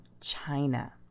China